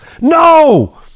No